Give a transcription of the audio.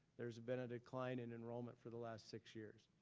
there's been a decline in enrollment for the last six years.